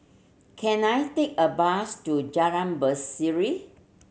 can I take a bus to Jalan Berseri